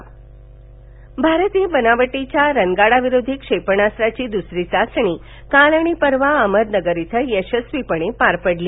क्षेपणास्त्र भारतीय बनावटीच्या रणगाडा विरोधी क्षेपणास्त्राची दुसरी चाचणी काल आणि परवा अहमदनगर इथं यशस्वीपणे पार पडली